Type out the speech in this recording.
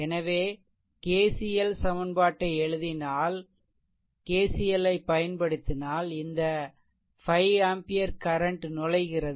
எனவே KCL சமன்பாட்டை எழுதினால் KCL ஐ பயன்படுத்தினால் இந்த 5 ஆம்பியர் கரண்ட்நுழைகிறது